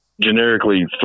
generically